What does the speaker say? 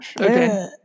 okay